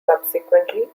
subsequently